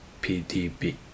PDB